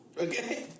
Okay